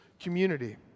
community